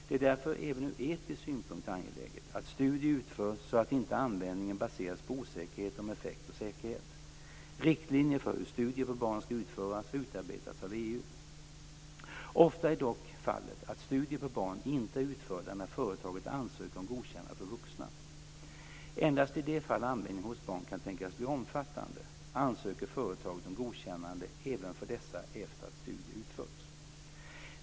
Det är därför även ur etisk synpunkt angeläget att studier utförs så att inte användningen baseras på osäkerhet om effekt och säkerhet. Riktlinjer för hur studier på barn ska utföras har utarbetats av EU . Ofta är dock fallet att studier på barn inte är utförda när företaget ansöker om godkännande för vuxna. Endast i de fall användningen hos barn kan tänkas bli omfattande ansöker företaget om godkännande även för dessa efter att studier utförts.